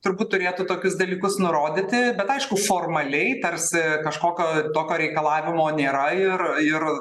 turbūt turėtų tokius dalykus nurodyti bet aišku formaliai tarsi kažkokio tokio reikalavimo nėra ir ir